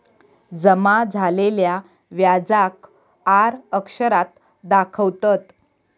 जमा झालेल्या व्याजाक आर अक्षरात दाखवतत